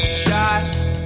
shot